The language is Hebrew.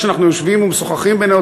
כשאנחנו יושבים ומשוחחים בינינו,